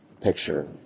picture